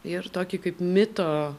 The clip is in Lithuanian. ir tokį kaip mito